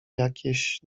jakieś